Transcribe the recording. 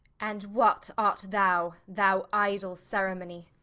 and what art thou, thou idoll ceremonie?